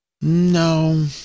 No